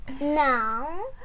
No